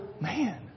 man